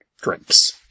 drinks